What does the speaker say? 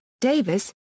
Davis